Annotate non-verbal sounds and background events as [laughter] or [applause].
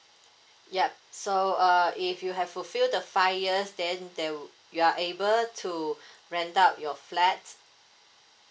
yup so uh if you have fulfill the five years then they'll you are able to [breath] rent out your flats